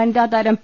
വനിതാതാരം P